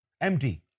empty